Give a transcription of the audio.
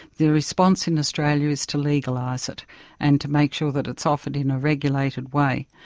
the response in australia is to legalise it and to make sure that it's offered in a regulated way.